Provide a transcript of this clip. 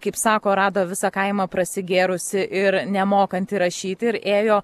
kaip sako rado visą kaimą prasigėrusį ir nemokantį rašyti ir ėjo